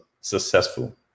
successful